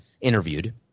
interviewed